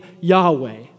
Yahweh